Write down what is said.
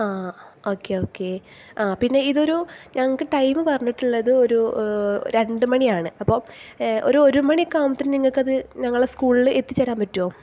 അ okay okay പിന്നെ ഇതൊരു ഞങ്ങൾക്ക് ടൈം പറഞ്ഞിട്ടുള്ളത് ഒരു രണ്ടുമണിയാണ് അപ്പോൾ ഒരു ഒരു ഒരുമണിയൊക്കെ ആകുമ്പോഴത്തേക്കും നിങ്ങൾക്കത് ഞങ്ങളുടെ സ്കൂളിൽ എത്തിച്ചു തരാൻ പറ്റുമോ